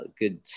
good